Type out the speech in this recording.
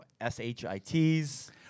S-H-I-T's